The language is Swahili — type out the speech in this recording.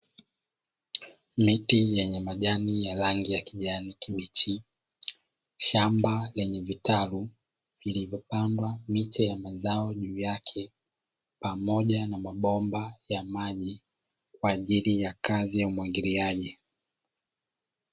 Miti yenye majani yenye rangi ya kijani kibichi, shamba lenye vitalu vilivyopandwa miche ya mazao juu yake pamoja na mabomba ya maji, kwa ajili ya kazi ya umwagiliaji.